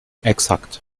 exakt